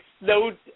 no